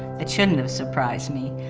that shouldn't have surprised me,